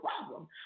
problem